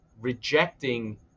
rejecting